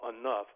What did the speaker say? enough